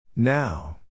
Now